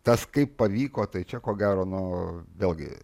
tas kaip pavyko tai čia ko gero nu vėlgi